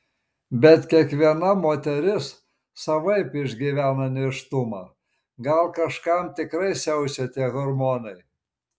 bet kiekviena moteris savaip išgyvena nėštumą gal kažkam tikrai siaučia tie hormonai